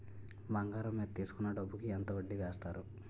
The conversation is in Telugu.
బంగారం మీద తీసుకున్న డబ్బు కి ఎంత వడ్డీ వేస్తారు?